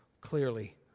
clearly